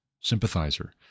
sympathizer